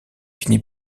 finit